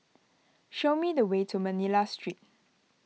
show me the way to Manila Street